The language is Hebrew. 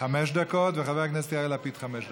חמש דקות, וחבר הכנסת יאיר לפיד, חמש דקות.